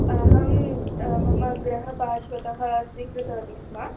अहं मम गृहपार्श्वतः स्वीकृतवती स्म